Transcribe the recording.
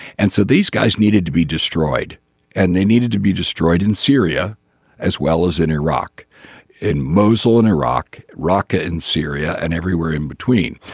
and so these guys needed to be destroyed and they needed to be destroyed in syria as well as in iraq in mosul in iraq raqqa in syria and everywhere in between.